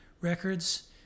records